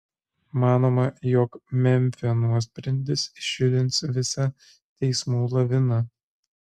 manoma jog memfio nuosprendis išjudins visą teismų laviną